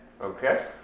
okay